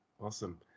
awesome